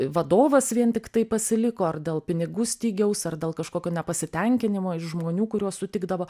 vadovas vien tiktai pasiliko ar dėl pinigų stygiaus ar dėl kažkokio nepasitenkinimo iš žmonių kuriuos sutikdavo